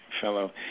fellow